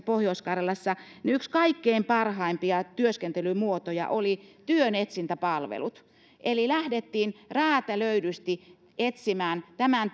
pohjois karjalassa yksi kaikkein parhaimpia työskentelymuotoja oli työnetsintäpalvelut eli lähdettiin räätälöidysti etsimään tämän